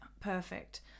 Perfect